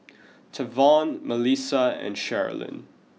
Tavon Melisa and Sherilyn